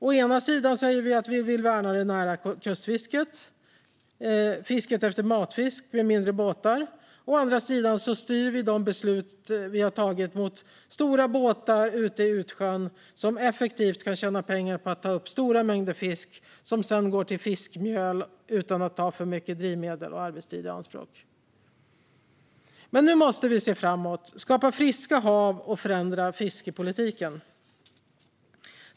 Å ena sidan säger vi att vi vill vi värna det nära kustfisket, fisket efter matfisk med mindre båtar. Å andra sidan styr vi de beslut vi har tagit mot stora båtar ute i utsjön som effektivt kan tjäna pengar på att ta upp stora mängder fisk som sedan går till fiskmjöl utan att ta för mycket drivmedel och arbetstid i anspråk. Men nu måste vi se framåt, skapa friska hav och förändra fiskepolitiken.